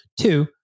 Two